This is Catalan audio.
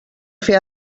fer